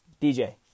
DJ